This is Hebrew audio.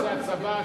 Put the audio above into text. זה הצבא אשם,